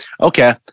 okay